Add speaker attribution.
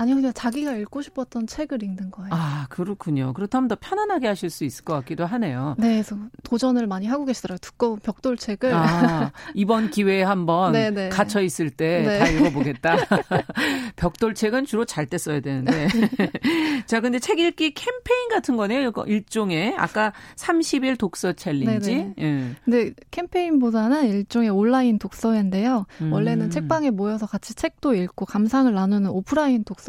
Speaker 1: 아니요, 그냥 자기가 읽고 싶었던 책을 읽는 거예요.
Speaker 2: 아, 그렇군요. 그렇다면 더 편안하게 하실 수 있을 것 같기도 하네요.
Speaker 1: 네, 그래서 도전을 많이 하고 계시더라고요. 두꺼운 벽돌책을.
Speaker 2: 아, 이번 기회에 한번
Speaker 1: 네, 네.
Speaker 2: 갇혀 있을 때 다
Speaker 1: 네.
Speaker 2: 읽어보겠다. 벽돌책은 주로 잘 때 써야 되는데.
Speaker 1: 네.
Speaker 2: 자, 근데 책 읽기 캠페인 같은 거네요? 이거 일종의 아까 30일 독서 챌린지?
Speaker 1: 네, 네.
Speaker 2: 예.
Speaker 1: 근데 캠페인보다는 일종의 온라인 독서회인데요. 원래는
Speaker 2: 음.
Speaker 1: 책방에 모여서 같이 책도 읽고 감상을 나누는 오프라인 독서회